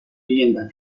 viviendas